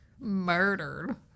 murdered